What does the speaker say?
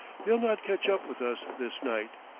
they'll not catch up with us this night.